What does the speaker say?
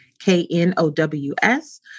K-N-O-W-S